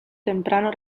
temprano